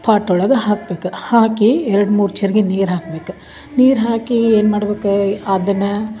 pot ಒಳಗೆ ಹಾಕಬೇಕು ಹಾಕಿ ಎರಡು ಮೂರು ಚೆರ್ಗಿ ನೀರು ಹಾಕಬೇಕು ನೀರು ಹಾಕಿ ಏನ್ಮಾಡಬೇಕು ಅದನ್ನ